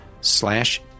slash